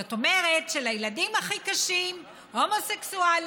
זאת אומרת שלילדים הכי קשים הומוסקסואלים